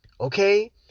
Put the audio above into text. okay